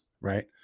right